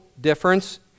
difference